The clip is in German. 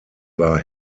war